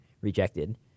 rejected